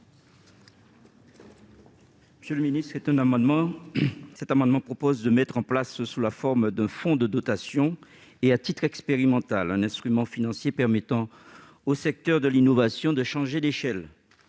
Dominique Théophile. Cet amendement vise à mettre en place, sous la forme d'un fonds de dotation et à titre expérimental, un instrument financier qui permette au secteur de l'innovation de changer d'échelle.